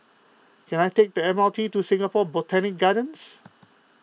can I take the M R T to Singapore Botanic Gardens